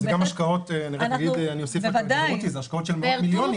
אני אוסיף על רותי, אלו השקעות של מיליונים.